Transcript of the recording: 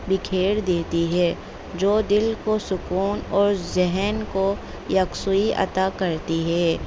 بکھیر دیتی ہے جو دل کو سکون اور ذہن کو یکسوئی عطا کرتی ہے